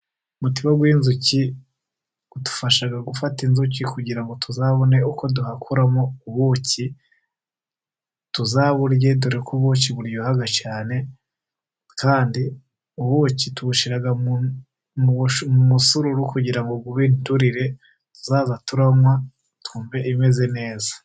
Umuti w'inzuki udufasha gufata inzuki, kugira tuzabone uko duhakuramo ubuki tuzaburye, dore ko ubuki buryoha cyane kandi ubuki tubushira mu musururu, kugira ngo ube inturire, tuzajya turanywa twuve imeze neza.